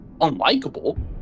unlikable